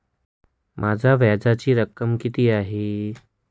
माझ्या व्याजाची रक्कम किती आहे?